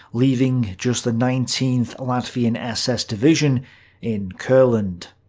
leaving just the nineteenth latvian ss division in courland.